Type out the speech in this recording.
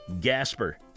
Gasper